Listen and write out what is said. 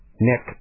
Nick